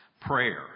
prayer